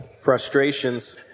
Frustrations